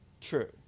True